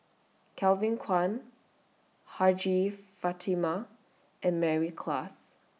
Kevin Kwan Hajjah Fatimah and Mary Klass